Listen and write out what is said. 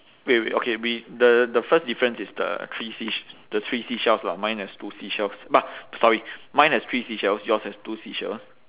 wait wait okay we the the first difference is the three seas~ the three seashells lah mine has two seashells sorry mine has three seashells yours has two seashells